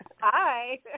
Hi